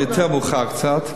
יותר מאוחר קצת,